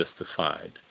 justified